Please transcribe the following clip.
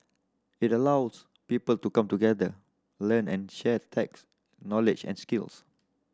it allows people to come together learn and shares tech knowledge and skills